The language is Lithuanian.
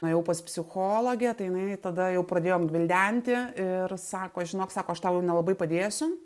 nuėjau pas psichologę tai jinai tada jau pradėjom gvildenti ir sako žinok sako aš tau nelabai padėsiu